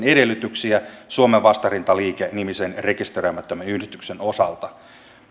edellytyksiä suomen vastarintaliike nimisen rekisteröimättömän yhdistyksen osalta